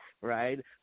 right